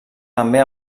també